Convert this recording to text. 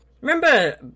Remember